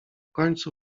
końcu